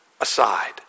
aside